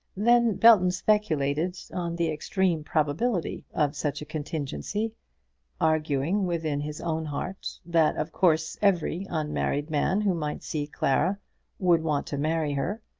then belton speculated on the extreme probability of such a contingency arguing within his own heart that of course every unmarried man who might see clara would want to marry her,